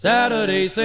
Saturday